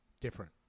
different